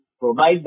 provide